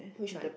which one